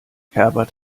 herbert